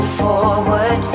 forward